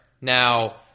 Now